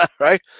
right